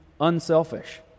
unselfish